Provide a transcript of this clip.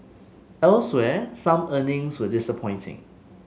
elsewhere some earnings were disappointing